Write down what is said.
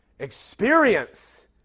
Experience